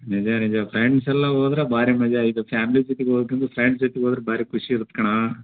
ನಿಜ ನಿಜ ಫ್ರೆಂಡ್ಸೆಲ್ಲ ಹೋದ್ರ ಬಾರಿ ಮಜ ಇದು ಫ್ಯಾಮ್ಲಿ ಜೊತಿಗೆ ಹೋಗಕ್ಕಿಂತ ಫ್ರೆಂಡ್ಸ್ ಜೊತಿಗೆ ಹೋದ್ರ್ ಭಾರಿ ಖುಷಿ ಇರತ್ತೆ ಕಣೋ